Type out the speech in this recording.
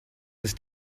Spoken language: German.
ist